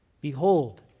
Behold